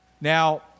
Now